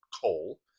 coal